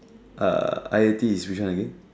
uh tea is which one again